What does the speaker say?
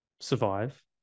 Survive